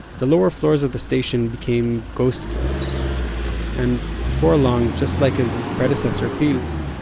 the lower floors of the station became ghost floors and before long, just like his predecessor pilz,